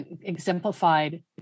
exemplified